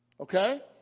Okay